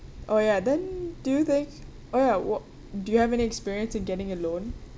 oh ya then do you take oh ya what do you have any experience in getting a loan